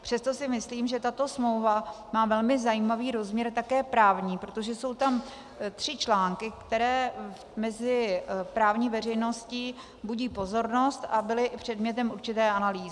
Přesto si myslím, že tato smlouva má velmi zajímavý rozměr také právní, protože jsou tam tři články, které mezi právní veřejností budí pozornost a byly i předmětem určité analýzy.